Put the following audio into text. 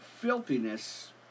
filthiness